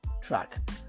track